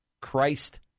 Christ